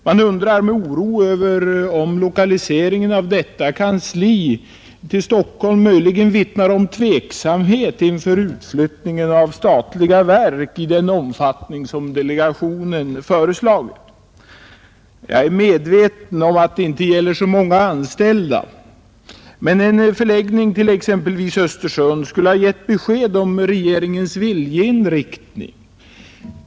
Man undrar med oro om lokaliseringen av detta kansli till Stockholm möjligen vittnar om tveksamhet inför utflyttningen av statliga verk i den omfattning som delegationen föreslagit. Jag är medveten om att det inte gäller så många anställda, men en förläggning till exempelvis Östersund skulle ha givit besked om regeringens viljeinriktning.